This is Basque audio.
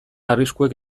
arriskuek